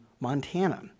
Montana